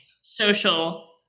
social